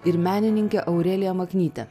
ir menininkė aurelija maknyte